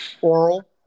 oral